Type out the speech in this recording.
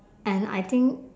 and I think